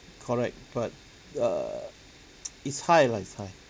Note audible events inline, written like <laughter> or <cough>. correct but err <noise> it's high lah it's high